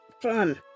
Fun